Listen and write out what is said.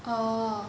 oh